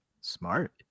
Smart